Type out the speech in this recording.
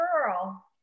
girl